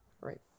Right